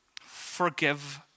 Forgive